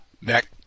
Mac